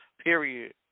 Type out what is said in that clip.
period